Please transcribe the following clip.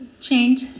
change